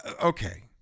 Okay